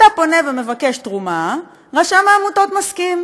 אתה פונה ומבקש תרומה, רשם העמותות מסכים.